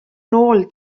nôl